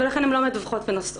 ולכן הן לא מדווחות ונוסעות.